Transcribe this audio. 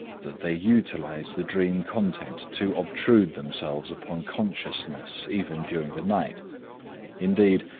that they utilize the dream content to obtrude themselves upon consciousness even during the night indeed,